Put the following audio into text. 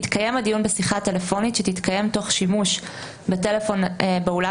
יתקיים הדיון בשיחה טלפונית שתתקיים תוך שימוש בטלפון באולם